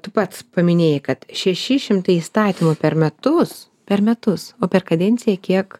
tu pats paminėjai kad šeši šimtai įstatymų per metus per metus o per kadenciją kiek